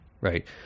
right